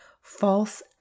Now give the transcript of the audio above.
false